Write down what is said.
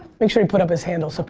make sure you put up his handle. so